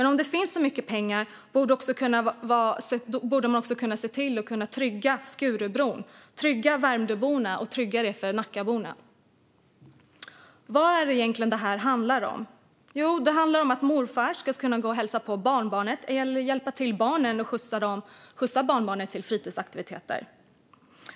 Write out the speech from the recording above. Om det finns mycket pengar borde man också kunna trygga Skurubron, trygga Värmdöborna och trygga Nackaborna. Vad handlar det här egentligen om? Jo, det handlar om att morfar ska kunna hälsa på barnbarnen heller hjälpa sina barn med att skjutsa barnbarnen till fritidsaktiviteter.